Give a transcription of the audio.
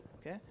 Okay